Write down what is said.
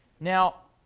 now,